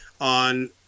on